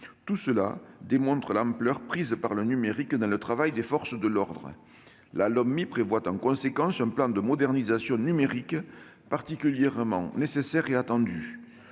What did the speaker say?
Tout cela révèle l'ampleur prise par le numérique dans le travail des forces de l'ordre. Le projet de Lopmi prévoit, en conséquence, un plan de modernisation numérique, particulièrement nécessaire et attendu.